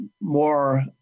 more